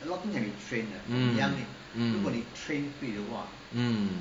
mm mm mm